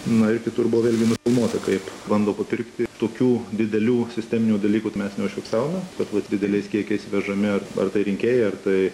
na ir kitur buvę nufilmuota kaip bando papirkti tokių didelių sisteminių dalykųtai mes neužfiksavome kad dideliais kiekiais vežami ar tai rinkėjai ar tai